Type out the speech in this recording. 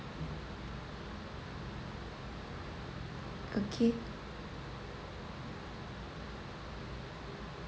okay